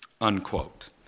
unquote